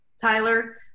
Tyler